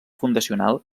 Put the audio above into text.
fundacional